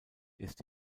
ist